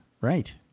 Right